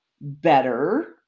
better